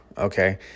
Okay